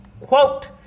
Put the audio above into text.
quote